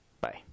Bye